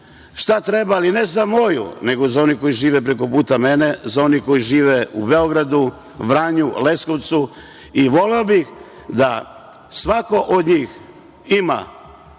šta treba, ali ne za moju, nego za one koji žive prekoputa mene, za one koji žive u Beogradu, Vranju, Leskovcu i voleo bih da svako od njih ima